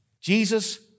Jesus